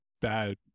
bad